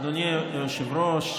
אדוני היושב-ראש,